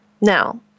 Now